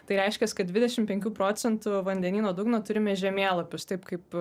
tai reiškias kad dvidešim penkių procentų vandenyno dugno turime žemėlapius taip kaip